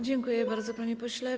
Dziękuję bardzo, panie pośle.